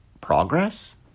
progress